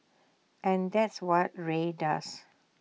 and that's what Rae does